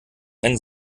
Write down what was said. einen